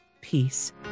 peace